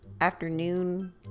afternoon